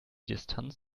distanz